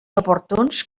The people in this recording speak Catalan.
oportuns